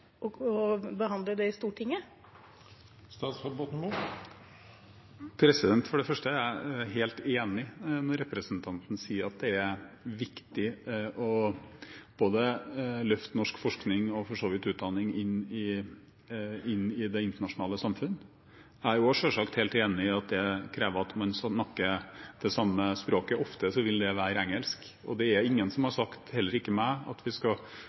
behandle det i Stortinget? For det første er jeg helt enig i det representanten sier om at det er viktig å løfte både norsk forskning og for så vidt utdanning inn i det internasjonale samfunn. Jeg er selvsagt også helt enig i at det krever at man snakker samme språk. Ofte vil det være engelsk, og det er ingen som har sagt – heller ikke jeg – at man skal